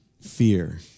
Fear